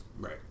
right